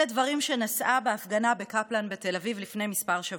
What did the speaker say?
אלה הדברים שנשאה בהפגנה בקפלן בתל אביב לפני כמה שבועות: